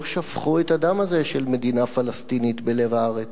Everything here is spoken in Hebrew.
שפכו את הדם הזה של מדינה פלסטינית בלב הארץ?